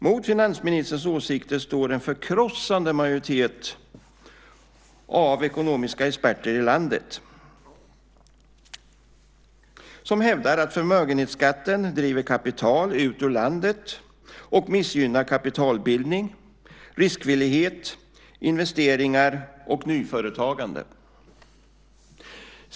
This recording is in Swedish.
Mot finansministerns åsikter står en förkrossande majoritet av ekonomiska experter i landet som hävdar att förmögenhetsskatten driver kapital ut ur landet och missgynnar kapitalbildning, riskvillighet, investeringar och nyföretagande.